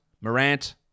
Morant